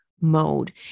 mode